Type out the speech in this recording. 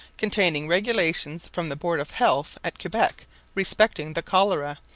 containing regulations from the board of health at quebec respecting the cholera,